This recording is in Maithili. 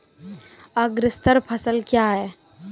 अग्रतर फसल क्या हैं?